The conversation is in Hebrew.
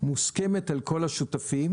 מוסכמת על כל השותפים